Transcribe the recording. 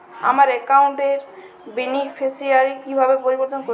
আমার অ্যাকাউন্ট র বেনিফিসিয়ারি কিভাবে পরিবর্তন করবো?